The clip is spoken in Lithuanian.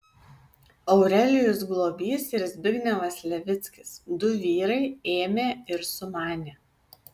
aurelijus globys ir zbignevas levickis du vyrai ėmė ir sumanė